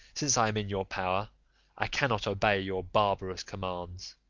since i am in your power i cannot obey your barbarous commands.